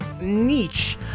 niche